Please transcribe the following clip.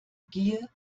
gier